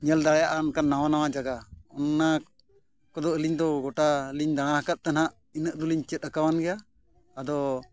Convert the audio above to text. ᱧᱮᱞ ᱫᱟᱲᱮᱭᱟᱜᱼᱟ ᱚᱱᱠᱟᱱ ᱱᱟᱣᱟᱼᱱᱟᱣᱟ ᱡᱟᱭᱜᱟ ᱚᱱᱟ ᱠᱚᱫᱚ ᱟᱹᱞᱤᱧ ᱫᱚ ᱜᱳᱴᱟᱞᱤᱧ ᱫᱟᱬᱟ ᱟᱠᱟᱫᱛᱮ ᱱᱟᱦᱟᱜ ᱤᱱᱟᱹᱜ ᱫᱚᱞᱤᱧ ᱪᱮᱫ ᱟᱠᱟᱣᱟᱱ ᱜᱮᱭᱟ ᱟᱫᱚ